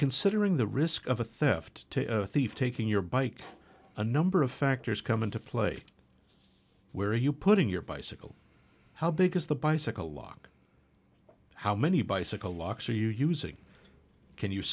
considering the risk of a theft thief taking your bike a number of factors come into play where are you putting your bicycle how big is the bicycle lock how many bicycle locks are you using can